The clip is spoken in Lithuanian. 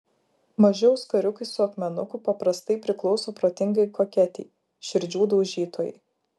maži auskariukai su akmenuku paprastai priklauso protingai koketei širdžių daužytojai